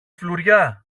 φλουριά